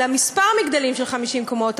אלא כמה מגדלים של 50 קומות,